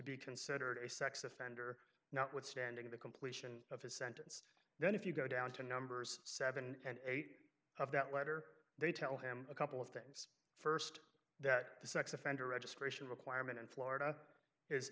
be considered a sex offender notwithstanding the completion of his sentence then if you go down to numbers seven and eight of that letter they tell him a couple of things st that the sex offender registration requirement in florida is